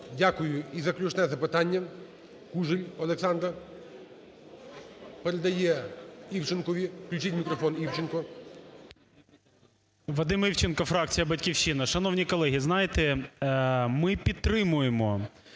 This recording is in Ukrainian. Дякую. І заключне запитання. Кужель Олександра передає Івченкові. Включіть мікрофон Івченку. 17:19:42 ІВЧЕНКО В.Є. Вадим Івченко, фракція "Батьківщина". Шановні колеги, знаєте, ми підтримуємо,